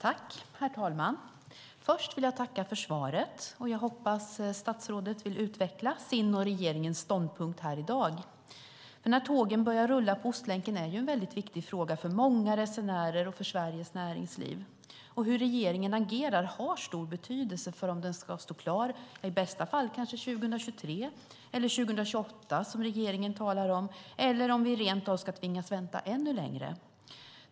Herr talman! Jag vill tacka för svaret och hoppas att statsrådet vill utveckla sin och regeringens ståndpunkt här i dag. En viktig fråga för många resenärer och för Sveriges näringsliv är när tågen ska börja rulla på Ostlänken. Hur regeringen agerar har stor betydelse för om Ostlänken ska stå klar kanske i bästa fall 2023, eller 2028 som regeringen talar om, eller om vi rent av ska tvingas vänta ännu längre.